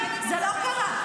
למי אני נלחמת?